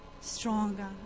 stronger